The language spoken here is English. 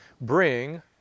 bring